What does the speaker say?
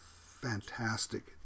fantastic